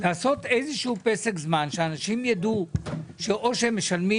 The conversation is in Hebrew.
לעשות איזשהו פסק זמן שהאנשים ידעו שאו שהם משלמים